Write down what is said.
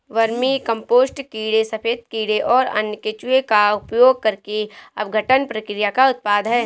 vermicompost कीड़े सफेद कीड़े और अन्य केंचुए का उपयोग करके अपघटन प्रक्रिया का उत्पाद है